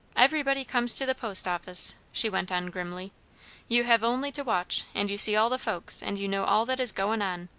everybody comes to the post office, she went on grimly you hev' only to watch, and you see all the folks and you know all that is goin' on.